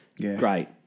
Great